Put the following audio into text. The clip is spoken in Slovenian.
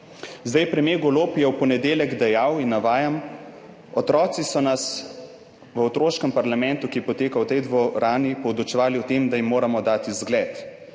Premier Golob je v ponedeljek dejal, navajam: »Otroci so nas v otroškem parlamentu, ki je potekal v tej dvorani, podučevali o tem, da jim moramo dati zgled,